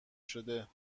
شود